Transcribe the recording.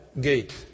gate